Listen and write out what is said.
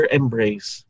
embrace